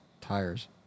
Tires